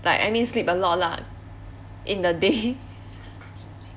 like I mean sleep a lot lah in the day